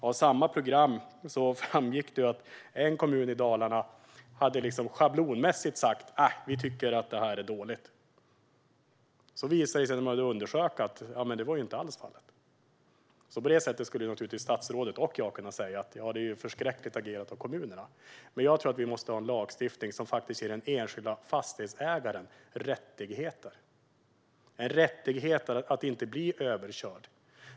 I samma program framgick att en kommun i Dalarna schablonmässigt hade sagt att de tyckte att det var dåligt. När det sedan undersöktes var det inte alls så. Så visst skulle både statsrådet och jag kunna säga att det är förskräckligt agerat av kommunerna. Men jag tror att vi måste ha en lagstiftning som ger den enskilda fastighetsägaren rättigheten att inte bli överkörd.